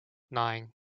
nine